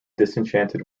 disenchanted